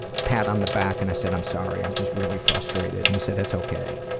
pat on the back and i said, i'm sorry, i'm just really frustrated. and he said, it's ok.